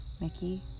Mickey